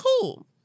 cool